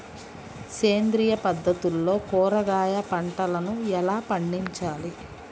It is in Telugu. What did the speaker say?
సేంద్రియ పద్ధతుల్లో కూరగాయ పంటలను ఎలా పండించాలి?